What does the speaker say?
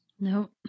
No